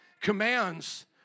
Commands